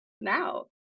now